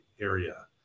area